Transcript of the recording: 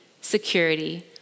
security